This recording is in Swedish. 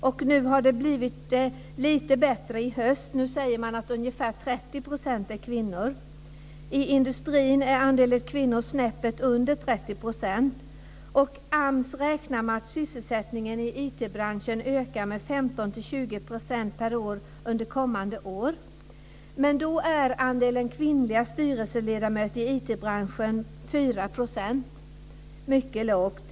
I höst har det blivit lite bättre; nu säger man att ungefär 30 % är kvinnor. I industrin är andelen kvinnor snäppet under 30 %. AMS räknar med att sysselsättningen i IT-branschen ökar med 15-20 % per år under kommande två år. Andelen kvinnliga styrelseledamöter i IT-branschen är 4 %, vilket är mycket lågt.